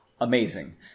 amazing